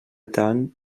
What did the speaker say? tant